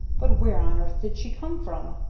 but where on earth did she come from?